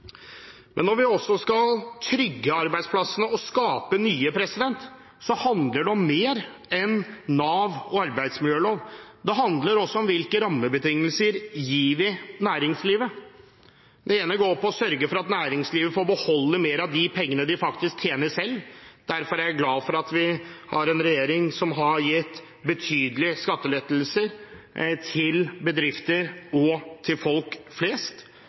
Men når vi også skal trygge arbeidsplassene og skape nye, handler det om mer enn Nav og arbeidsmiljølov. Det handler også om hvilke rammebetingelser vi gir næringslivet. Det ene går på å sørge for at næringslivet får beholde mer av de pengene de faktisk tjener selv. Derfor er jeg glad for at vi har en regjering som har gitt betydelige skattelettelser til bedrifter og til folk flest.